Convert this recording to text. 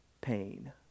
pain